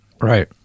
right